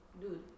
dude